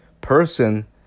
person